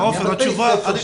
אני רוצה תשובה.